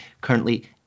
currently